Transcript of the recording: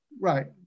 Right